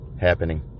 happening